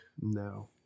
No